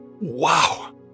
Wow